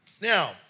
Now